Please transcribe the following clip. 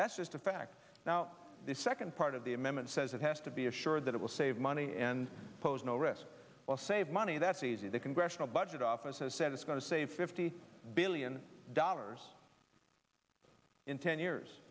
that's just a fact now the second part of the amendment says it has to be assured that it will save money and pose no risk or save money that's easy the congressional budget office has said it's going to save fifty billion dollars in ten years